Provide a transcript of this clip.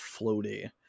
floaty